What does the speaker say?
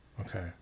Okay